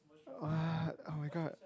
what oh-my-god